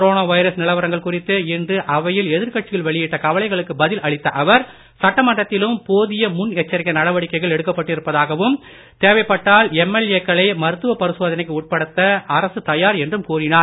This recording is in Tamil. கொரோனா வைரஸ் நிலவரங்கள் குறித்து இன்று அவையில் எதிர்கட்சிகள் வெளியிட்ட கவலைகளுக்கு பதில் அளித்த அவர் சட்டமன்றத்திலும் போதிய முன் எச்சரிக்கை நடவடிக்கைகள் எடுக்கப்பட்டுள்ளதாகவும் தேவைப்பட்டால் எம் எல் ஏக்களை மருத்துவ பரிசோதனைக்கு உட்படுத்த அரசு தயார் என்றும் கூறினார்